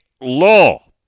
law